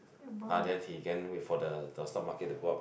ah then he can wait for the the stock market to go up